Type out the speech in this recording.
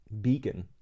beacon